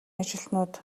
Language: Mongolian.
ажилтнууд